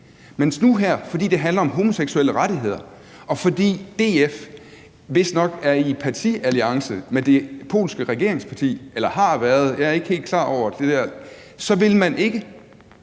man nu her, fordi det handler om homoseksuelles rettigheder, og fordi DF vistnok er eller har været i partialliance med det polske regeringsparti – jeg er ikke helt klar over det – ikke vil. Den